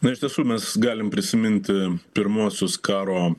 na iš tiesų mes galim prisiminti pirmuosius karo